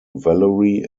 valerie